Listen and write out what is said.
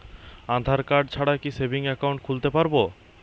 আধারকার্ড ছাড়া কি savings account খুলতে পারব?